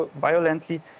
violently